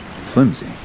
flimsy